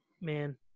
man